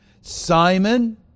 Simon